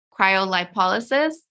cryolipolysis